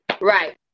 Right